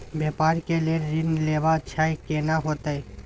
व्यापार के लेल ऋण लेबा छै केना होतै?